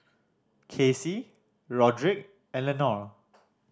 Kacey Rodrick and Lenore